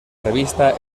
revista